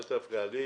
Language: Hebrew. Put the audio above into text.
אל תפריע לי,